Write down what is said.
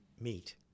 meet